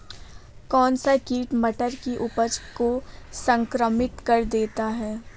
कौन सा कीट मटर की उपज को संक्रमित कर देता है?